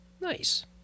Nice